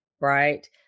right